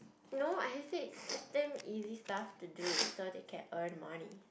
no I just say kitchen easy stuff to do so they can earn money